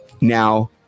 Now